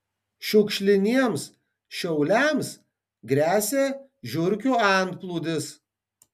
šiukšliniems šiauliams gresia žiurkių antplūdis